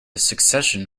succession